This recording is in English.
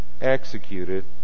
executed